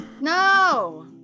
No